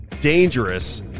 dangerous